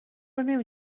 نمی